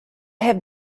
have